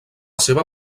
seva